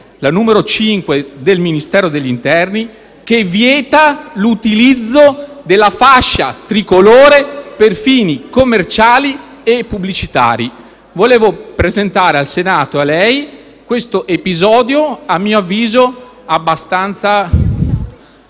novembre 1998 del Ministero dell'interno che vieta l'utilizzo della fascia tricolore per fini commerciali e pubblicitari. Vorrei rappresentare al Senato e a lei questo episodio, a mio avviso non